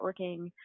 networking